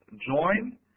join